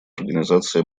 организации